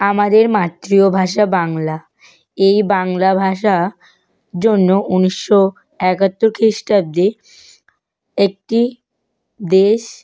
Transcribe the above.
আমাদের মাতৃভাষা বাংলা এই বাংলা ভাষা জন্য ঊনিশশো একাত্তর খ্রিস্টাব্দে একটি দেশ